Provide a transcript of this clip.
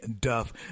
Duff